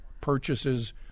Purchases